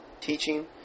teaching